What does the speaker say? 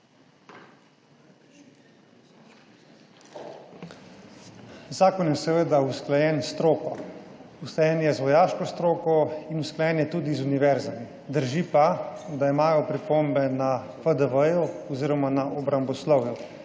Zakon je seveda usklajen s stroko. Usklajen je z vojaško stroko in usklajen je tudi z univerzami. Drži pa, da imajo na FDV oziroma na obramboslovju